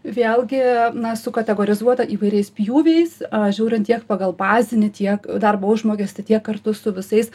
vėlgi na su kategorizuota įvairiais pjūviais a žiūrint tiek pagal bazinį tiek darbo užmokestį tiek kartu su visais